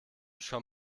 schon